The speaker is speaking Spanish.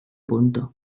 punto